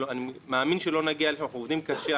אני מאמין שלא נגיע לשם כי אנחנו עובדים קשה,